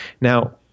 Now